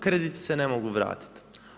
Krediti se ne mogu vratiti.